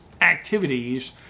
activities